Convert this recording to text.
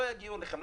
לא יגיעו אליכם.